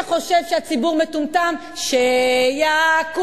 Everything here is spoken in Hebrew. מי שחושב שהציבור מטומטם, ש-י-ק-ו-ם.